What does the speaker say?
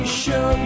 show